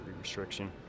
restriction